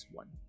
one